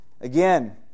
Again